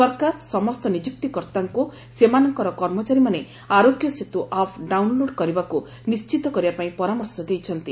ସରକାର ସମସ୍ତ ନିଯୁକ୍ତିକର୍ତ୍ତାଙ୍କୁ ସେମାନଙ୍କର କର୍ମଚାରୀମାନେ ଆରୋଗ୍ୟ ସେତୁ ଆପ୍ ଡାଉନ୍ଲୋଡ କରିବାକୁ ନିଣ୍ଟିତ କରିବା ପାଇଁ ପରାମର୍ଶ ଦେଇଛନ୍ତି